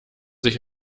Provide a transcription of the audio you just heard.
sich